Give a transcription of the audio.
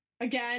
again